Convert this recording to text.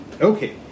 Okay